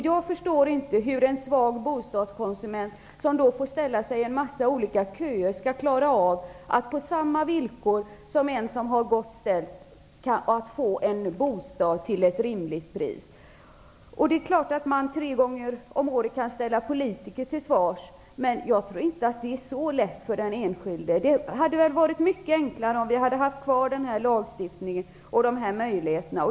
Jag förstår inte hur en svag bostadskonsument, som får ställa sig i en mängd olika köer, skall klara av att få en bostad till ett rimligt pris, på samma villkor som en person som har det gott ställt. Visst kan man ställa politiker till svars en gång vart tredje år. Men jag tror inte att det är så lätt för den enskilde. Det hade varit mycket enklare om vi hade haft kvar lagstiftningen och dessa möjligheter.